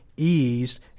Eased